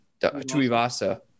Tuivasa